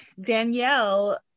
Danielle